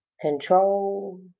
control